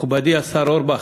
מכובדי השר אורבך,